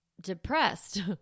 depressed